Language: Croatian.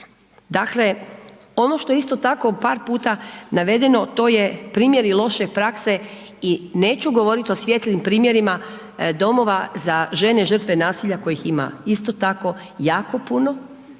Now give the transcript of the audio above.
Dakle ono što je isto tako par puta navedeno, to je primjeri loše prakse i neću govoriti o svijetlim primjerima domova za žene žrtve nasilja kojih ima isto tako jako puno,